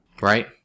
Right